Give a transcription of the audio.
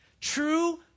True